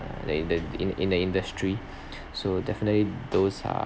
indu~ in in the industry so definitely those are